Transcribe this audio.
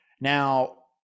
Now